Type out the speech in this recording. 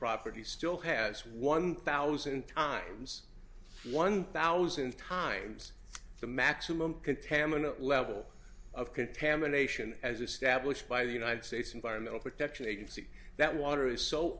property still has one thousand times one thousand times the maximum contaminant level of contamination as established by the united states environmental protection agency that water is so